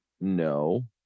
no